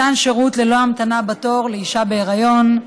מתן שירות ללא המתנה בתור לאישה בהיריון.